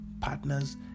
partners